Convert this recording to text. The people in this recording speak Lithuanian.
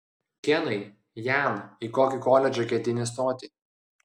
kenai jan į kokį koledžą ketini stoti